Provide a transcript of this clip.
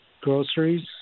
groceries